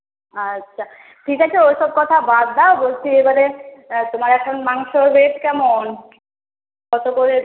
আচ্ছা ঠিক আছে ওইসব কথা বাদ দাও বলছি এবারে তোমার এখন মাংসর রেট কেমন কত করে